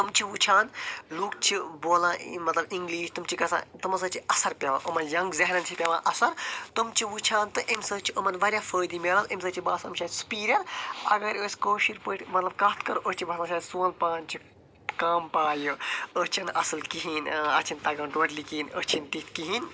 تِم چھِ وُچھان لوٗکھ چھِ بولان مطلب انگلِش تِم چھِ گژھان تِمو سۭتۍ چھُ اثر پٮ۪وان یِمن ینٛگ ذہنن چھُ پٮ۪وان اثر تِم چھِ وُچھان تہٕ اَمہِ سۭتۍ چھُ یِمن واریاہ فٲیِدٕ میلان اَمہِ سۭتۍ چھِ باسان یِم چھِ اَسہِ سُپیٖریر اگر أسۍ کٲشِر پٲٹھۍ مطلب کٔتھ کرو أسۍ چھِ باسان مطلب سون پان چھُ کم پایہِ أسۍ چھِ نہٕ اَصٕل کہیٖنٛۍ آ اَسہِ چھَ نہٕ تگان ٹوٹلی کہیٖنٛۍ أسۍ چھِ نہٕ تِتھۍ کہیٖنٛۍ